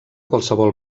qualsevol